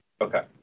Okay